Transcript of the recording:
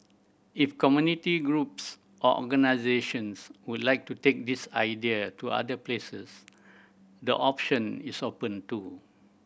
if community groups or organisations would like to take this idea to other places the option is open too